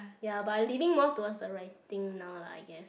ya but leaning more towards the writing now lah I guess